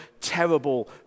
terrible